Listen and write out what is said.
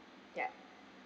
ya